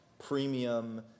premium